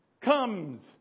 comes